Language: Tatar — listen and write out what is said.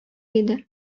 иде